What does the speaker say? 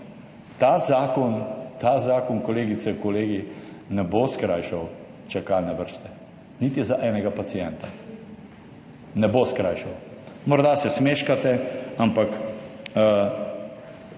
Ta zakon, ta zakon, kolegice in kolegi, ne bo skrajšal čakalne vrste, niti za enega pacienta. Ne bo skrajšal. Morda se smeškate, ampak